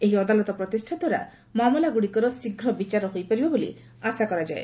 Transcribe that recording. ଏହି ଅଦାଲତ ପ୍ରତିଷ୍ଷା ଦ୍ୱାରା ମାମଲାଗୁଡ଼ିକର ଶୀଘ୍ର ବିଚାର ହୋଇପାରିବ ବୋଲି ଆଶା କରାଯାଏ